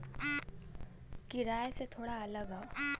किराए से थोड़ा अलग हौ